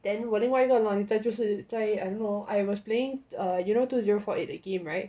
then 我另外一个 monitor 就是在 I don't know I was playing err you know two zero four eight the game [right]